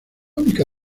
única